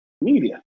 Media